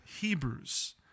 Hebrews